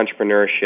entrepreneurship